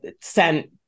sent